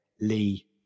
Lee